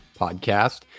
podcast